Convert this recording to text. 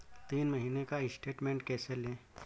तीन महीने का स्टेटमेंट कैसे लें?